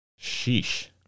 Sheesh